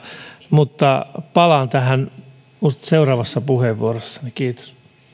mutta palaan tähän seuraavassa puheenvuorossani kiitos